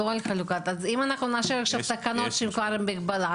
אם אנחנו נאשר עכשיו תקנות שהן כבר עם מגבלה,